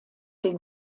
den